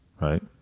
right